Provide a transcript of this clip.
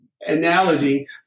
analogy